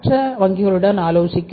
மற்ற வங்கிகளுடன் ஆலோசிக்கும்